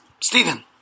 Stephen